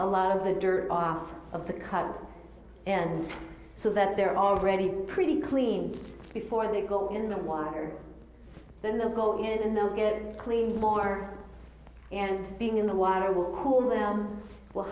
a lot of the dirt off of the cup and so that they're already pretty clean before they go in the water then they'll go in and they'll get cleaned more and being in the water will cool the well